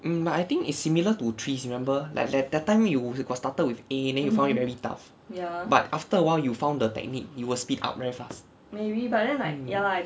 mm but I think is similar to trees remember like like that that time you got started with a then you found it very tough but after awhile you found the technique you will speed up very fast mm